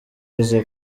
aza